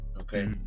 Okay